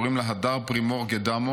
קוראים לה הדר פרימור-גדמו,